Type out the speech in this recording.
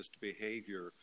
behavior